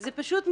זה פשוט מדהים,